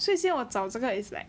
所以现在我找这个 is like